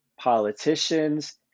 politicians